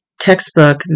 textbook